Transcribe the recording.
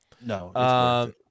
No